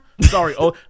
Sorry